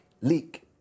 leak